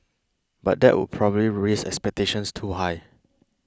but that would probably raise expectations too high